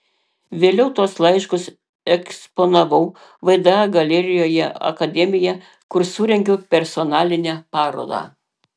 vėliau tuos laiškus eksponavau vda galerijoje akademija kur surengiau personalinę parodą